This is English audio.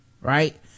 right